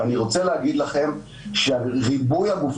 ואני רוצה להגיד לכם שריבוי הגופים,